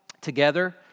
together